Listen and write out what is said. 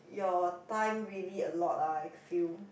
your time really a lot ah I feel